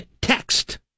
text